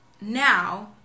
now